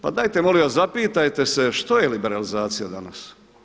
Pa dajte molim vas zapitajte se što je liberalizacija danas?